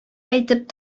әйтеп